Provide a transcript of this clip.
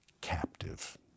captive